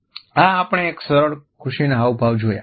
આ આપણે એક સરળ ખુશીના હાવભાવ જોયા